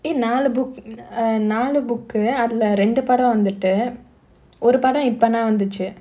eh நாலு:naalu book err நாலு:naalu book அதுல ரெண்டு படம் வந்துட்டு ஒரு படம் இப்பதா வந்துச்சு:athula rendu padam vanthuttu oru padam ippathaa vanthuchu